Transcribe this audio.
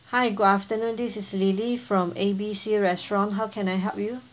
hi good afternoon this is lily from A B C restaurant how can I help you